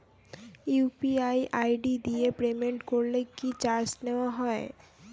UPI ID দিয়ে payment করলে কি চার্জ নেয়া হয়?